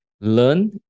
learn